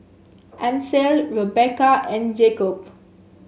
Ancel Rebekah and Jakobe